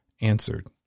answered